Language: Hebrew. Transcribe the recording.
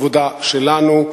עבודה שלנו,